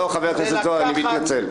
--- לא, חבר הכנסת זוהר, אני מתנצל.